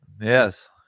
Yes